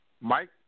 Mike